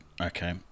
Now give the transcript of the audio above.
okay